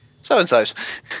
so-and-sos